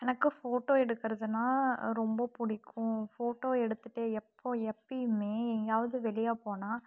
எனக்கு ஃபோட்டோ எடுக்கிறதுனா ரொம்ப பிடிக்கும் ஃபோட்டோ எடுத்துட்டு எப்போது எப்போயுமே எங்கேயாது வெளியே போனால்